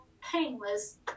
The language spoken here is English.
painless